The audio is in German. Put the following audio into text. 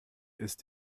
ist